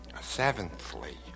Seventhly